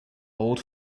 old